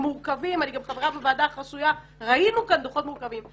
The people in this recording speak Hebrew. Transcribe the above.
אני גם חברה בוועדה החסויה ראינו כאן דוחות מורכבים.